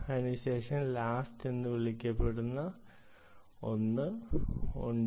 അതിനുശേഷം ലാസ്റ്റ് എന്ന് വിളിക്കപ്പെടുന്ന ഒന്ന് ഉണ്ട്